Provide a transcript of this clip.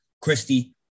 Christy